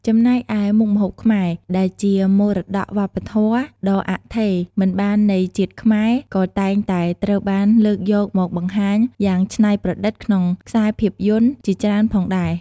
ចំណែកឯមុខម្ហូបខ្មែរ ដែលជាមរតកវប្បធម៌ដ៏អថេរមិនបាននៃជាតិខ្មែរ ក៏តែងតែត្រូវបានលើកយកមកបង្ហាញយ៉ាងឆ្នៃប្រឌិតក្នុងខ្សែភាពយន្តជាច្រើនផងដែរ។